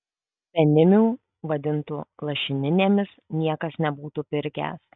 penimių vadintų lašininėmis niekas nebūtų pirkęs